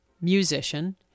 musician